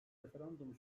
referandum